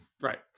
Right